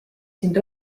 sind